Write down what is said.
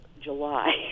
July